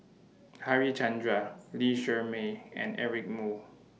Harichandra Lee Shermay and Eric Moo